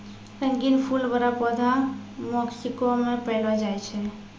रंगीन फूल बड़ा पौधा मेक्सिको मे पैलो जाय छै